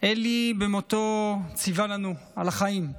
אלי, במותו ציווה לנו את החיים.